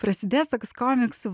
prasidės toks komiksų